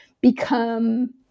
become